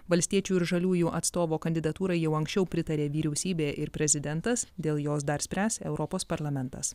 valstiečių ir žaliųjų atstovo kandidatūrai jau anksčiau pritarė vyriausybė ir prezidentas dėl jos dar spręs europos parlamentas